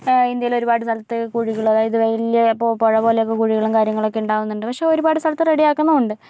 ഇന്ത്യയില് ഒരുപാട് സ്ഥലത്തു കുഴികളും അതായത് വല്യ പുഴ പോലെ ഒക്കെ കുഴികളും കാര്യങ്ങളൊക്കെ ഉണ്ടാവുന്നുണ്ട് പക്ഷെ ഒരു പാട് സ്ഥലത്ത് റെഡി ആക്കുന്നു ഉണ്ട്